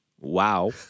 Wow